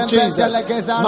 Jesus